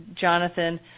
Jonathan